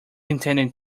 intending